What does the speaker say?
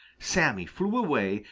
sammy flew away,